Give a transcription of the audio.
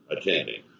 attending